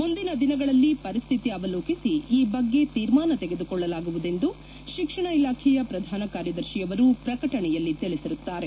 ಮುಂದಿನ ದಿನಗಳಲ್ಲಿ ಪರಿಶ್ರಿತಿ ಅವಲೋಕಿಸಿ ಈ ಬಗ್ಗೆ ತೀರ್ಮಾನ ತೆಗೆದುಕೊಳ್ಳಲಾಗುವುದೆಂದು ಶಿಕ್ಷಣ ಇಲಾಖೆಯ ಪ್ರಧಾನ ಕಾರ್ಯದರ್ಶಿಯವರು ಪ್ರಕಟಣೆಯಲ್ಲಿ ತಿಳಿಸಿರುತ್ತಾರೆ